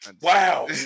Wow